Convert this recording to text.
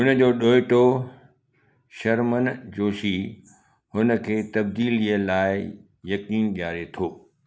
हुन जो ॾोइटो शरमन जोशी हुन खे तब्दीलीअ लाइ यक़ीन ॾियारे थो